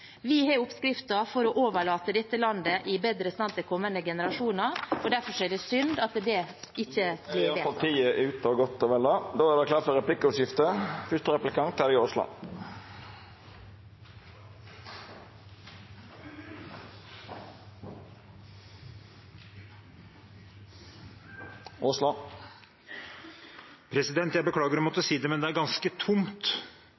Vi har oppskriften på å overlate dette landet i bedre stand til kommende generasjoner. Derfor er det synd at det ikke … Då er taletida godt og vel ute. Det vert replikkordskifte. Jeg beklager å måtte si det,